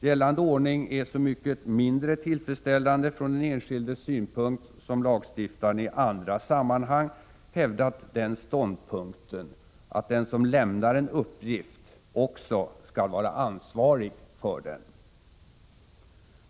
Gällande ordning är så mycket mindre tillfredsställande från den enskildes synpunkt som lagstiftaren i andra sammanhang hävdat ståndpunkten att den som lämnar en uppgift också skall vara ansvarig för den.